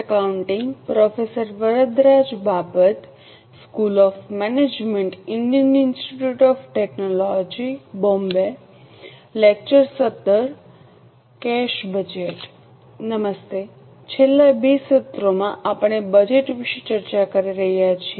નમસ્તે છેલ્લા બે સત્રોમાં આપણે બજેટ વિશે ચર્ચા કરી રહ્યા છીએ